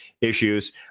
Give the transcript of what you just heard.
issues